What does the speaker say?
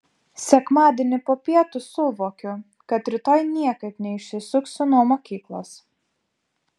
sekmadienį po pietų suvokiu kad rytoj niekaip neišsisuksiu nuo mokyklos